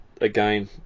again